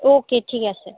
ওকে ঠিক আছে